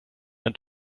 than